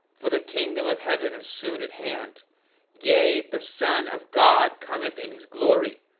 for the kingdom of heaven is soon at hand yea, the son of god cometh in his glory,